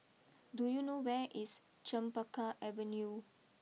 do you know where is Chempaka Avenue